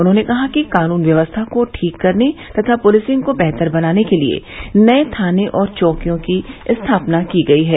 उन्होंने कहा कि कानून व्यवस्था को ठीक करने तथा पूलिसिंग को बेहतर बनाने के लिये नये थाने और चौकियों की स्थापना की गई है